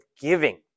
giving